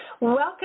Welcome